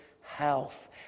health